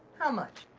how much?